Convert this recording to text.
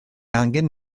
angen